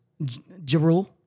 Jerul